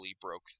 broke